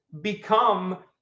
become